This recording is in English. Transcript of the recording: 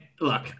look